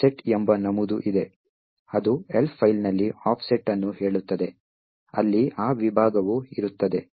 offset ಎಂಬ ನಮೂದು ಇದೆ ಅದು Elf ಫೈಲ್ನಲ್ಲಿ ಆಫ್ಸೆಟ್ ಅನ್ನು ಹೇಳುತ್ತದೆ ಅಲ್ಲಿ ಆ ವಿಭಾಗವು ಇರುತ್ತದೆ